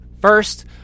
First